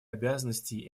обязанностей